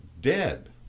dead